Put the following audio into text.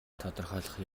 тодорхойлох